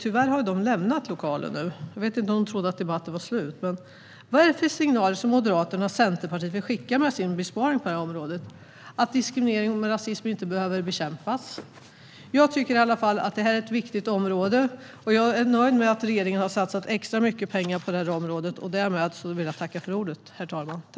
Tyvärr har de nu lämnat kammaren; jag vet inte om de trodde att debatten var slut. Vad är det för signaler som Moderaterna och Centerpartiet vill skicka med sin besparing på området? Handlar det om att diskriminering och rasism inte behöver bekämpas? Jag tycker i alla fall att detta är ett viktigt område, och jag är nöjd med att regeringen har satsat extra mycket pengar på det.